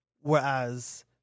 Whereas